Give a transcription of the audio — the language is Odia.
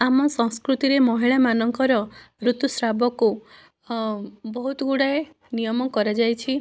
ଆମ ସଂସ୍କୃତିରେ ମହିଳାମାନଙ୍କର ଋତୁସ୍ରାବକୁ ବହୁତ ଗୁଡାଏ ନିୟମ କରାଯାଇଛି